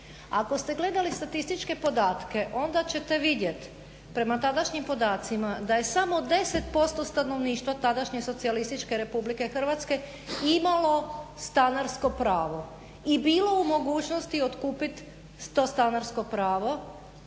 Ako ste gledali statističke podatke onda ćete vidjeti prema tadašnjim podacima da je samo 10% stanovništva tadašnje Socijalističke Federativne Republike Hrvatske imalo stanarsko pravo i bilo u mogućnosti otkupiti to stanarsko pravo